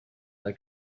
they